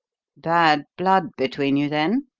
bad blood between you, then?